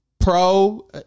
Pro